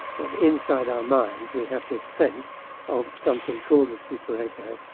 but inside our minds we have this sense of something called the super ego,